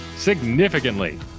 significantly